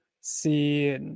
see